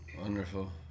wonderful